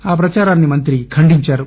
ఆ ప్రదారాన్ని మంత్రి ఖండించారు